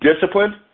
Discipline